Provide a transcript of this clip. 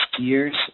years